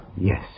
Yes